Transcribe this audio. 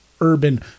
urban